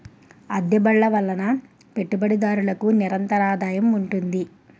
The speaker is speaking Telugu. అద్దె బళ్ళు వలన పెట్టుబడిదారులకు నిరంతరాదాయం ఉంటుంది